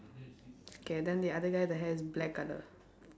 K then the other guy the hair is black colour